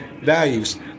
values